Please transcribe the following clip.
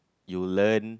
you learn